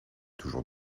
toujours